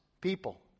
people